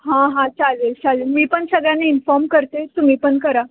हां हां चालेल चालेल मी पण सगळ्यांना इन्फॉर्म करते तुम्ही पण करा